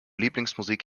lieblingsmusik